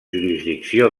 jurisdicció